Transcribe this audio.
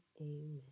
amen